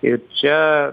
ir čia